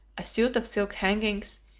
a suit of silk hangings,